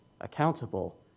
accountable